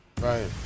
Right